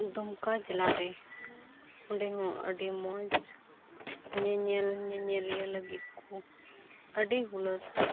ᱫᱩᱢᱠᱟ ᱡᱮᱞᱟ ᱨᱮ ᱚᱸᱰᱮ ᱦᱚᱸ ᱟᱹᱰᱤ ᱢᱚᱡᱽ ᱧᱮᱧᱮᱞ ᱧᱮᱧᱮᱞᱤᱭᱟᱹ ᱞᱟᱹᱜᱤᱫ ᱠᱚ ᱟᱹᱰᱤ ᱦᱩᱞᱟᱹᱥ